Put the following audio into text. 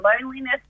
loneliness